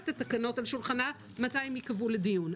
התקנות על שולחנה אני לא יודעת מתי הן ייקבעו לדיון.